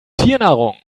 tiernahrung